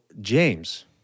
James